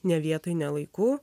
ne vietoj ne laiku